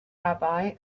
rabbi